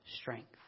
strength